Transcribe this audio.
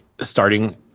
starting